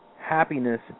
happiness